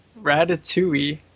ratatouille